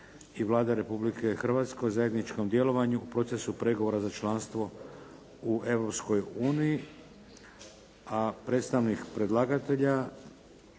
Hvala